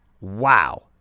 wow